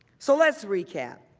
so let's recap.